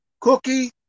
cookie